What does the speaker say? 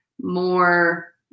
more